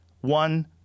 one